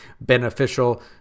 beneficial